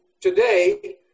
today